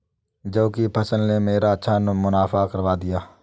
जौ की फसल ने मेरा अच्छा मुनाफा करवा दिया